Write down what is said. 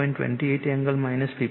28 angle 53